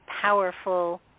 powerful